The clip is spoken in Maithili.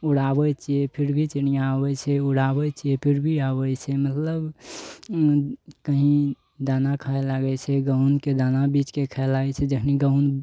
उड़ाबै छियै फिर भी चिड़िआ आबै छै उड़ाबै छियै फिर भी आबै छै मतलब कही दाना खाय लागै छै गहूॅंमके दाना बीछके खाइ लागै छै जखनी गहूॅंम